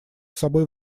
собой